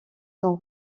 sont